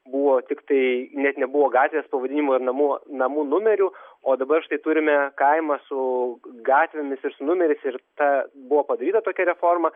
buvo tiktai net nebuvo gatvės pavadinimo ir namų namų numerių o dabar štai turime kaimą su gatvėmis ir su numeriais ir ta buvo padaryta tokia reforma